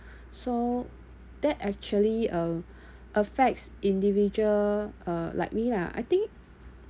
so that actually uh affects individual uh like me lah I think